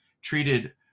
treated